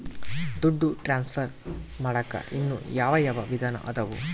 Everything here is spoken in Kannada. ದುಡ್ಡು ಟ್ರಾನ್ಸ್ಫರ್ ಮಾಡಾಕ ಇನ್ನೂ ಯಾವ ಯಾವ ವಿಧಾನ ಅದವು?